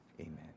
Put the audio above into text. Amen